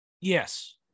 Yes